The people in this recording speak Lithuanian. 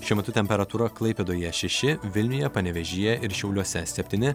šiuo metu temperatūra klaipėdoje šeši vilniuje panevėžyje ir šiauliuose septyni